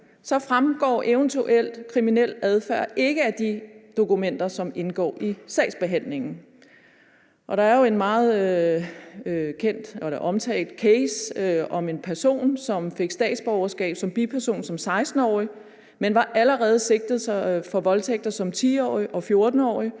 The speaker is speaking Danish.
år, fremgår eventuel kriminel adfærd ikke af de dokumenter, som indgår i sagsbehandlingen. Der er en meget kendt og omtalt case om en person, som fik statsborgerskab som biperson som 16-årig, men som allerede var sigtet for voldtægt som 10-årig og 14-årig